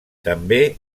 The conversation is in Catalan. també